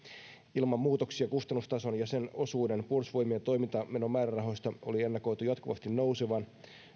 ilman muutoksia oli ennakoitu kustannustason ja sen osuuden puolustusvoimien toimintamenomäärärahoista jatkuvasti nousevan